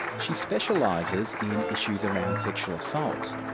she specialises in issues around sexual assault.